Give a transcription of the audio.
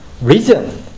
Reason